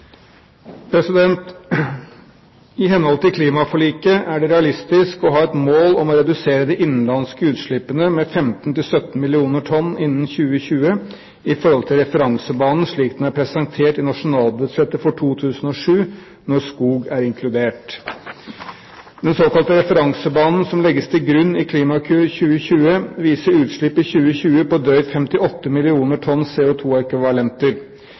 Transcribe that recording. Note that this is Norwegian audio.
I henhold til klimaforliket er det realistisk å ha et mål om å redusere de innenlandske utslippene med 15–17 millioner tonn innen 2020 i forhold til referansebanen slik den er presentert i nasjonalbudsjettet for 2007, når skog er inkludert. Den såkalte referansebanen som legges til grunn i Klimakur 2020, viser utslipp i 2020 på drøyt 58 millioner tonn